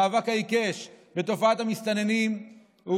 המאבק העיקש בתופעת המסתננים,